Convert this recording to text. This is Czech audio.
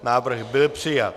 Návrh byl přijat.